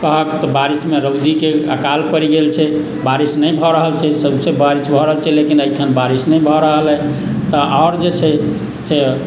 कहक तऽ बारिशमे रौदीके अकाल पड़ि गेल छै बारिश नहि भऽ रहल छै सौसे बारिश भऽ रहल छै लेकिन एहिठाम बारिश नहि भऽ रहल अइ तऽ आओर जे छै से